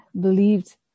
believed